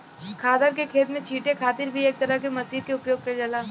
खादर के खेत में छींटे खातिर भी एक तरह के मशीन के उपयोग कईल जाला